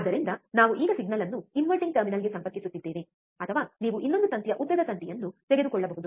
ಆದ್ದರಿಂದ ನಾವು ಈಗ ಸಿಗ್ನಲ್ ಅನ್ನು ಇನ್ವರ್ಟಿಂಗ್ ಟರ್ಮಿನಲ್ಗೆ ಸಂಪರ್ಕಿಸುತ್ತಿದ್ದೇವೆ ಅಥವಾ ನೀವು ಇನ್ನೊಂದು ತಂತಿಯ ಉದ್ದದ ತಂತಿಯನ್ನು ತೆಗೆದುಕೊಳ್ಳಬಹುದು